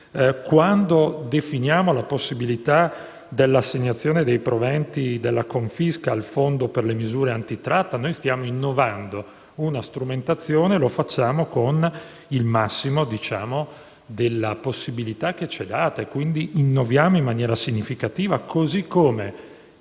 enti o definiamo la possibilità dell'assegnazione dei proventi della confisca al Fondo per le misure antitratta, noi stiamo innovando una strumentazione e lo facciamo con il massimo della possibilità che ci è data. Quindi, innoviamo in maniera significativa, così come